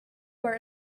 were